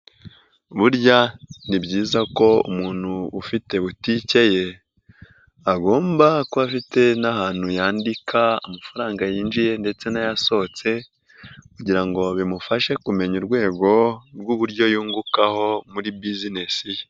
Burya ni byiza ko umuntu ufite butike ye agomba kuba afite n'ahantu yandika amafaranga yinjiye ndetse n'ayasohotse kugira ngo bimufashe kumenya urwego rw'uburyo yungukaho muri buzinesi ye.